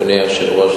אדוני היושב-ראש,